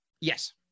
Yes